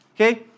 Okay